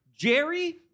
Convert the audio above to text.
Jerry